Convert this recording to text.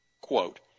Quote